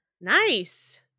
Nice